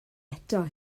eto